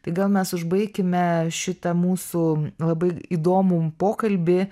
tai gal mes užbaikime šitą mūsų labai įdomų pokalbį